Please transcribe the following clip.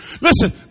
Listen